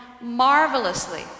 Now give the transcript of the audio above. marvelously